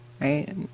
right